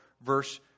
verse